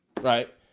right